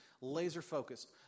laser-focused